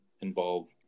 involve